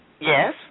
Yes